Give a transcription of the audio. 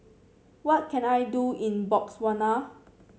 what can I do in Botswana